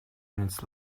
minutes